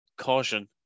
caution